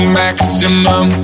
maximum